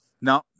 no